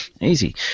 Easy